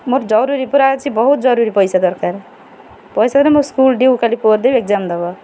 ମୋର ଜରୁରୀ ପୁରା ଅଛି ବହୁତ ଜରୁରୀ ପଇସା ଦରକାର ପଇସା ତ ମୋ ସ୍କୁଲ୍ ଡିଉ କାଲି ପୁଅର ଦେବି ଏକ୍ଜାମ୍ ଦେବ